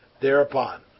thereupon